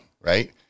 right